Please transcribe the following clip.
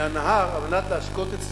הנהר על מנת להשקות את שדותיו.